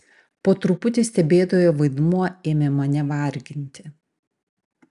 po truputį stebėtojo vaidmuo ėmė mane varginti